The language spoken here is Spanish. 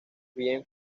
bien